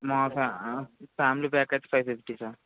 family pack ఐతే five fifty sir